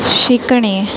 शिकणे